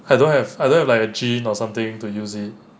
I don't have I don't like have a jean or something to use it